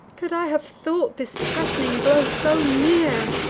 could i have thought this threat'ning blow so near,